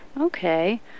Okay